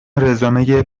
رزومه